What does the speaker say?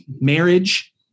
marriage